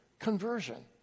conversion